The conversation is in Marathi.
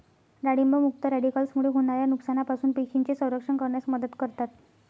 डाळिंब मुक्त रॅडिकल्समुळे होणाऱ्या नुकसानापासून पेशींचे संरक्षण करण्यास मदत करतात